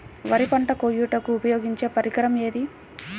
వరి పంట కోయుటకు ఉపయోగించే పరికరం ఏది?